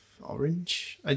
Orange